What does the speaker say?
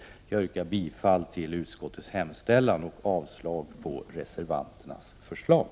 Jag yrkar bifall till utskottets hemställan och avslag på reservanternas förslag.